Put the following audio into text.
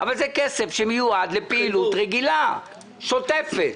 אבל זה כסף שמיועד לפעילות רגילה, שוטפת.